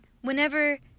whenever